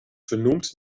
vernoemd